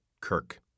Kirk